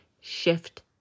shift